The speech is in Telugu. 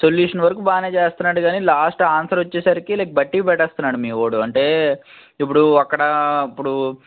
సొల్యూషన్ వరకు బాగానే చేస్తన్నాడు గానీ లాస్ట్ ఆన్సరొచ్చేసరికి లైక్ బట్టీ పట్టేస్తున్నాడు మీవాడు అంటే ఇప్పుడు అక్కడా ఇప్పుడు